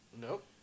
Nope